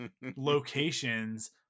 locations